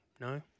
No